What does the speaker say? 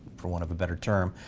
for want of a better term,